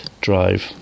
drive